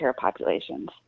populations